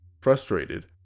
Frustrated